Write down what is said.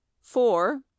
four